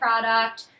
product